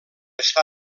està